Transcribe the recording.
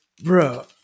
bro